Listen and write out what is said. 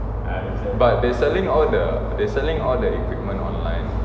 but they selling all the they selling all the equipment online